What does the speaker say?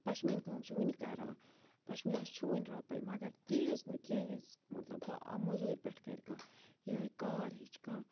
پَشمیٖن کٲم چھِ وٕنہِ کَران پَشمیٖنَس چھِ وٕنہِ رۄپَے مگر تیٖژ نہٕ کینٛہہ ییٖژ مَطلَب بہٕ مٔزوٗرۍ پٮ۪ٹھ کَرِ کانٛہہ یِہوٚے کار ہیٚچھِ کانٛہہ